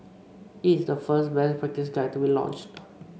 it is the first best practice guide to be launched